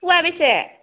फुवा बेसे